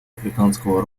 африканского